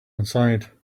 inside